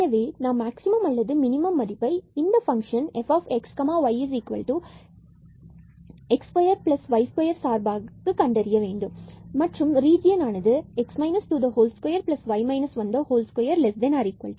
எனவே நாம் மேக்ஸிமம் அல்லது மினிமம் மதிப்பை இந்த fxyx2y2 சார்பாக கண்டறிய வேண்டும் மற்றும் 22≤20 பகுதியில்